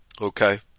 okay